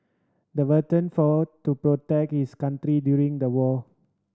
the veteran fought to protect his country during the war